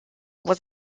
was